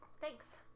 Thanks